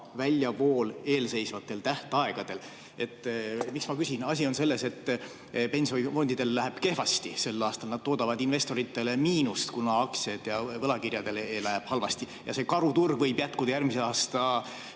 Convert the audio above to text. väljavool eelseisvatel tähtaegadel. Miks ma küsin? Asi on selles, et pensionifondidel läheb kehvasti sel aastal, nad toodavad investoritele miinust, kuna aktsiatel ja võlakirjadel läheb halvasti. See karuturg võib jätkuda järgmise aasta